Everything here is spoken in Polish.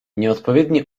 nieodpowiedni